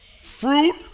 Fruit